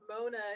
Mona